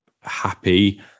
happy